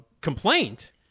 complaint